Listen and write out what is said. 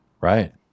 Right